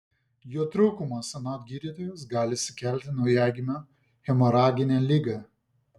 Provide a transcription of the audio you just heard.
jo trūkumas anot gydytojos gali sukelti naujagimio hemoraginę ligą